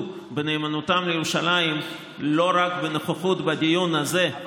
בנאמנותם לירושלים לא רק בנוכחות בדיון הזה,